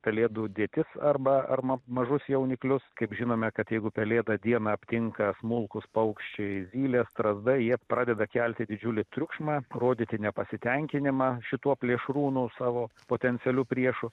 pelėdų dėtis arba arma mažus jauniklius kaip žinome kad jeigu pelėda dieną aptinka smulkūs paukščiai zylės strazdai jie pradeda kelti didžiulį triukšmą rodyti nepasitenkinimą šituo plėšrūnu savo potencialiu priešu